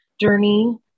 journey